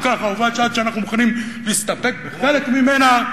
כל כך אהובה עד שאנחנו מוכנים להסתפק בחלק ממנה,